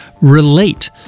relate